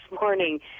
morning